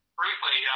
briefly